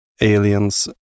alien's